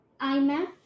iMac